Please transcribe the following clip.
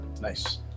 nice